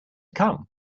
come